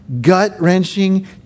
gut-wrenching